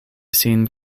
sin